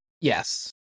Yes